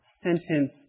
sentence